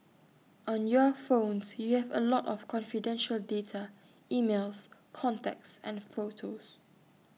on your phones you have A lot of confidential data emails contacts photos